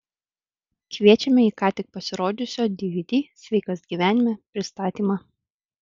kviečiame į ką tik pasirodžiusio dvd sveikas gyvenime pristatymą